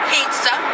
Pizza